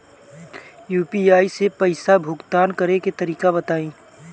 UPI से पईसा भुगतान करे के तरीका बताई?